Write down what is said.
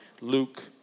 Luke